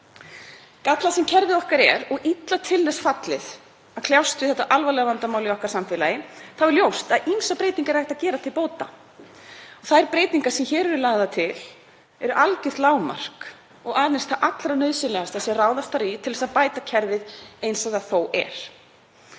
verkum að kerfið okkar er illa til þess fallið að kljást við þetta alvarlega vandamál í samfélagi okkar og er ljóst að ýmsar breytingar er hægt að gera til bóta. Þær breytingar sem hér eru lagðar til eru algjört lágmark og aðeins það allra nauðsynlegasta sem ráðast þarf í til að bæta kerfið eins og það er.